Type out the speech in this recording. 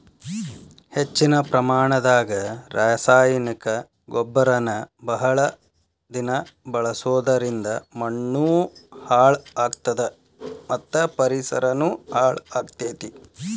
ಹೆಚ್ಚಿನ ಪ್ರಮಾಣದಾಗ ರಾಸಾಯನಿಕ ಗೊಬ್ಬರನ ಬಹಳ ದಿನ ಬಳಸೋದರಿಂದ ಮಣ್ಣೂ ಹಾಳ್ ಆಗ್ತದ ಮತ್ತ ಪರಿಸರನು ಹಾಳ್ ಆಗ್ತೇತಿ